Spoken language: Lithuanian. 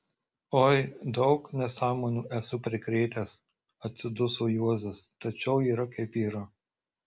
oi daug nesąmonių esu prikrėtęs atsiduso juozas tačiau yra kaip yra